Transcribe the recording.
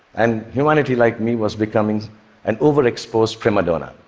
and humanity, like me, was becoming an overexposed prima donna.